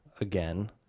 again